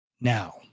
now